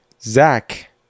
zach